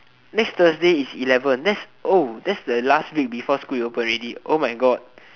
next thursday is eleven that's oh that's the last week before school reopen already oh my god